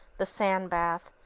the sand-bath,